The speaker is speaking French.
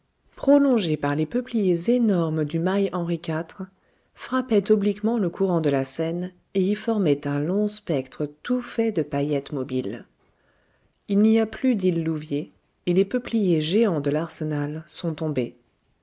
prolongés par les peupliers énormes du mail henri iv frappait obliquement le courant de la seine et y formait un long spectre tout fait de paillettes mobiles il n'y a plus d'île louviers et les peupliers géants de l'arsenal sont tombés